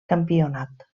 campionat